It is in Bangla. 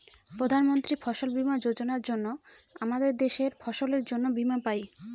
প্রধান মন্ত্রী ফসল বীমা যোজনার জন্য আমাদের দেশের ফসলের জন্যে বীমা পাই